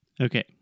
Okay